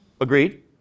Agreed